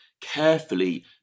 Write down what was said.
carefully